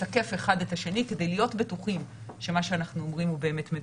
ולתקף אחד את השני כדי להיות בטוחים שמה שאנחנו אומרים הוא באמת מדויק.